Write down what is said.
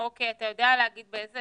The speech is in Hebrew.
אתה יודע להגיד איזה